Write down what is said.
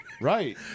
right